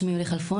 שמי יולי כלפון,